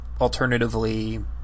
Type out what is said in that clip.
alternatively